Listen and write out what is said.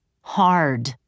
hard